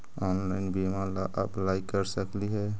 Online बीमा ला apply कर सकली हे?